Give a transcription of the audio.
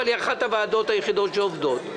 אבל היא אחת הוועדות היחידות שעובדות.